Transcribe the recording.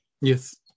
Yes